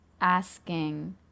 asking